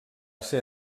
ser